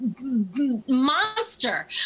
monster